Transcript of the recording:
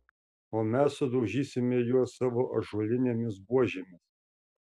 o mes sudaužysime juos savo ąžuolinėmis buožėmis